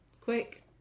Quick